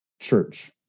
church